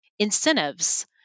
incentives